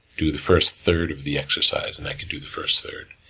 do the first third of the exercise, and i could do the first third.